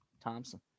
Thompson